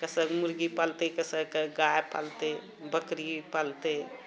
कैसे मुर्गी पालतय कैसे गाय पालतय बकरी पालतय